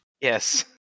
Yes